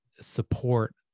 support